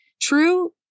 true